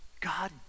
God